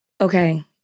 Okay